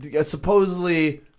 supposedly